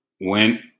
went